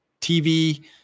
TV